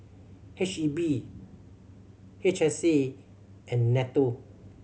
H E B H S A and NATO